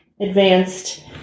advanced